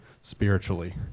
spiritually